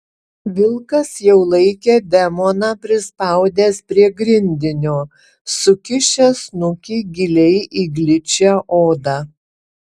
vilkas jau laikė demoną prispaudęs prie grindinio sukišęs snukį giliai į gličią odą